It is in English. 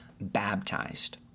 baptized